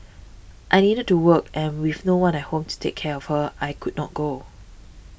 I needed to work and with no one at home to take care of her I could not go